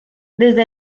desde